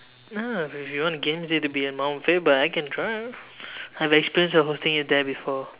ya if you want the games day to be at Mount Faber I can try I have experienced hosting it there before